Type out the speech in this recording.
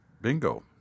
bingo